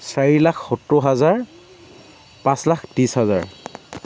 চাৰি লাখ সত্তৰ হাজাৰ পাঁচ লাখ ত্ৰিছ হাজাৰ